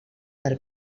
del